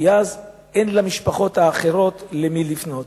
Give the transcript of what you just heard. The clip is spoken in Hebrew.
כי אז אין למשפחות למי לפנות.